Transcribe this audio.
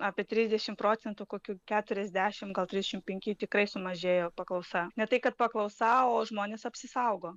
apie trisdešim procentų kokių keturiasdešim gal trisdešim penki tikrai sumažėjo paklausa ne tai kad paklausa o žmonės apsisaugo